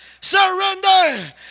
Surrender